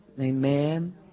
Amen